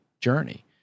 journey